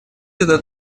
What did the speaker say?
этот